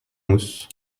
mousse